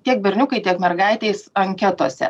tiek berniukai tiek mergaitės anketose